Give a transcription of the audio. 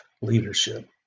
leadership